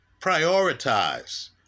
prioritize